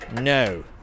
no